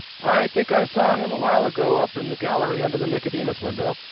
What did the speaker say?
i think i saw him a while ago up in the gallery, under the nicodemus window.